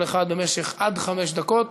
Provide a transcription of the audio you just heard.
כל אחד במשך עד חמש דקות,